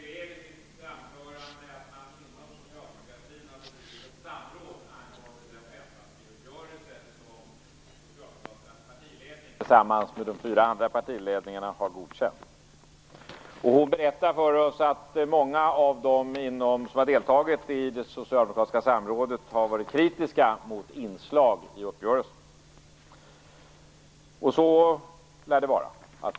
Fru talman! Karin Wegestål beskrev i sitt anförande att man inom Socialdemokraterna har bedrivit ett samråd angående den fempartiuppgörelse som Socialdemokraternas partiledning tillsammans med de fyra andra partiledningarna har godkänt. Hon berättar för oss att många av dem som har deltagit i det socialdemokratiska samrådet har varit kritiska mot inslag i uppgörelsen. Så lär det vara.